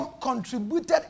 Contributed